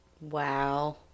Wow